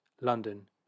London